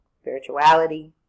spirituality